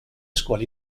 scuole